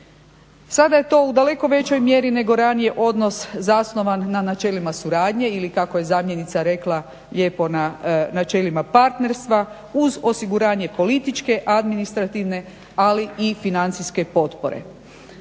Sada je to u daleko većoj mjeri nego ranije odnos zasnovan na načelima suradnje ili kako je zamjenica rekla lijepo na načelima partnerstva uz osiguranje političke, administrativne, ali i financijske potpore.